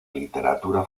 literatura